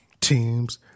teams